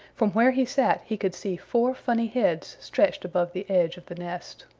from where he sat he could see four funny heads stretched above the edge of the nest.